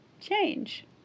change